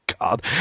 God